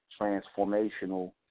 transformational